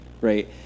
right